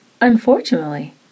Unfortunately